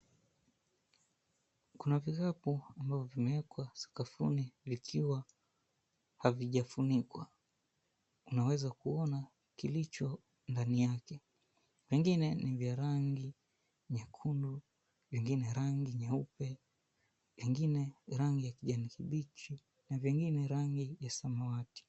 Kuna vikapu ambavyo vimewekwa sakafuni vikiwa havijafunikwa, unaweza kuona kilicho ndani yake, vingine ni vya rangi nyekundu, vingine rangi nyeupe, vingine rangi ya kijani kibichi na vingine rangi ya samawati.